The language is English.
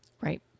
Right